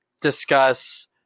discuss